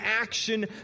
action